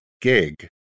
gig